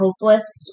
hopeless